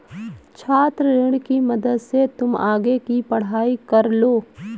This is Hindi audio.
छात्र ऋण की मदद से तुम आगे की पढ़ाई कर लो